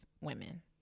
women